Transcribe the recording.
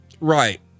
Right